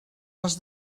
els